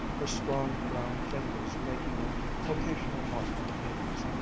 her strong brown fingers making an occasional mark on the papers,